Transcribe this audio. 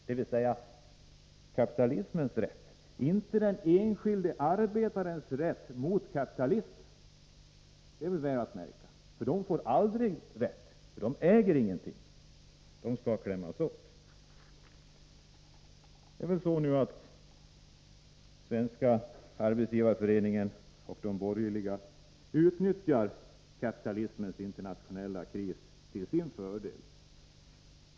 Det gäller, väl att märka, kapitalistens rätt — inte den enskilde arbetarens rätt mot kapitalisten. Arbetarna får aldrig rätt, för de äger ingenting. Arbetarna skall klämmas åt. Svenska arbetsgivareföreningen och de borgerliga utnyttjar nu kapitalismens internationella kris till sin fördel.